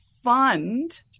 fund